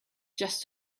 just